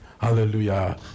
Hallelujah